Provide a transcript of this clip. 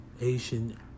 Asian